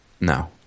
No